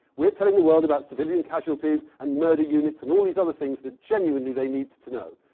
we're telling the world about civilian casualties and murder units and all these other things that genuinely they need to know.